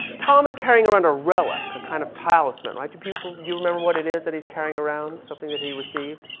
tom is carrying around a relic, a kind of talisman. right? you people, do you remember what it is that he's carrying around? something that he received.